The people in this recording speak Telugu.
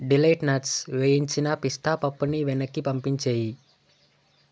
డిలైట్ నట్స్ వేయించిన పిస్తా పప్పుని వెనక్కి పంపించేయి